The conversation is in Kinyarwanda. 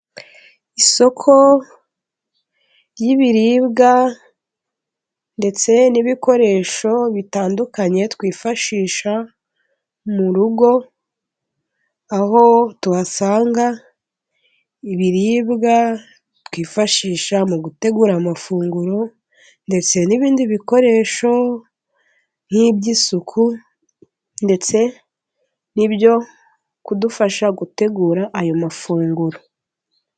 isoko ry'ibiribwa ndetse n'ibikoresho bitandukanye, twifashisha mu rugo .Aho tuhasanga ibiribwa twifashisha mu gutegura amafunguro ndetse n'ibindi bikoresho: nk'iby'isuku ndetse n'ibyo kudufasha gutegura ayo mafunguro.